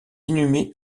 inhumé